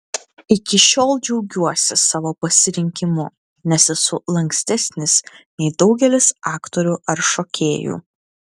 iki šiol džiaugiuosi savo pasirinkimu nes esu lankstesnis nei daugelis aktorių ar šokėjų